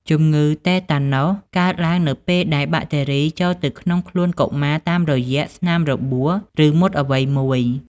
ជម្ងឺតេតាណូសកើតឡើងនៅពេលដែលបាក់តេរីចូលទៅក្នុងខ្លួនកុមារតាមរយៈស្នាមរបួស ឬមុតអ្វីមួយ។